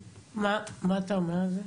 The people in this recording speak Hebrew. מה אתה אומר על זה?